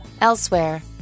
Elsewhere